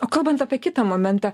o kalbant apie kitą momentą